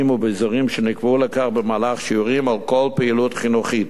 ובאזורים שנקבעו לכך במהלך שיעורים או כל פעילות חינוכית,